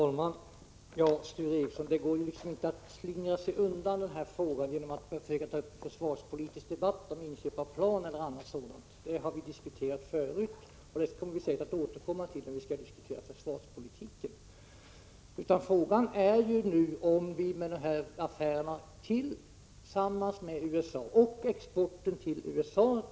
Herr talman! Det går inte att slingra sig undan genom att försöka ta upp en försvarspolitisk debatt om inköp av plan eller annat sådant. Det har vi diskuterat förut, och det kommer vi säkert att återkomma till när vi skall debattera försvarspolitiken. Frågan är vad som skall gälla beträffande de krigsmaterielleveranser som vi har gjort upp med USA om.